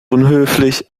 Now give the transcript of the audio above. unhöflich